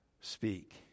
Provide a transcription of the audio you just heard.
speak